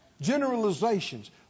Generalizations